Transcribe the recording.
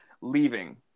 leaving